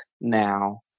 now